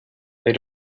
they